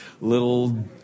little